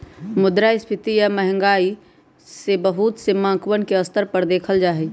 मुद्रास्फीती या महंगाई के बहुत से मानकवन के स्तर पर देखल जाहई